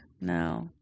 No